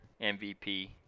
MVP